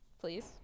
please